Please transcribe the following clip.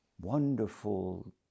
wonderful